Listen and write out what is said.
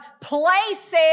places